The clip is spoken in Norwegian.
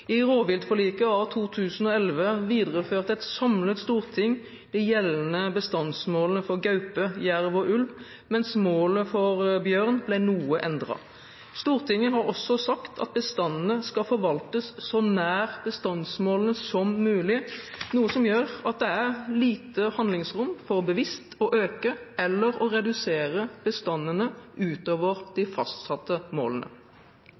I rovviltforliket av 2011 videreførte et samlet storting de gjeldende bestandsmålene for gaupe, jerv og ulv, mens målet for bjørn ble noe endret. Stortinget har også sagt at bestandene skal forvaltes så nær bestandsmålene som mulig, noe som gjør at det er lite handlingsrom for bevisst å øke eller å redusere bestandene utover de fastsatte målene.